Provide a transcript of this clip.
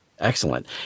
Excellent